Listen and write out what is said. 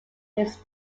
this